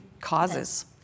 causes